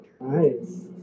nice